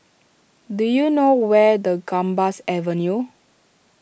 do you know where the Gambas Avenue